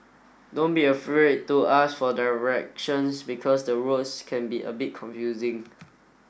don't be afraid to ask for directions because the roads can be a bit confusing